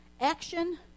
Action